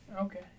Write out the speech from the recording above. Okay